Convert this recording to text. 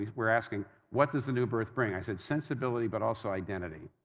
we're asking, what does the new birth bring? i said sensibility but also identity.